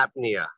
Apnea